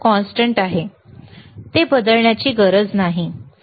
0 आधीच आहे ते बदलण्याची गरज नाही